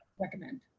recommend